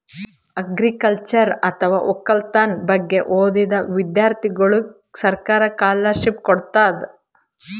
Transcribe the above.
agriculture ಅಥವಾ ವಕ್ಕಲತನ್ ಬಗ್ಗೆ ಓದಾ ವಿಧ್ಯರ್ಥಿಗೋಳಿಗ್ ಸರ್ಕಾರ್ ಸ್ಕಾಲರ್ಷಿಪ್ ಕೊಡ್ತದ್